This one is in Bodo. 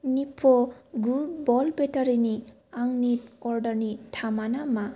निप्प' गु भल्ट बेटारिनि आंनि अर्डारनि थामाना मा